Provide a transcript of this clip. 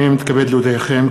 הנני מתכבד להודיעכם,